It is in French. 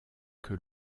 que